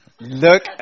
Look